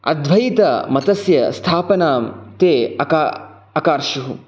अद्धैतमतस्य स्थापनां ते अकार्शुः